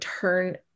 turn